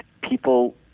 people